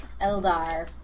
Eldar